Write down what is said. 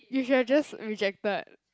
you should have just rejected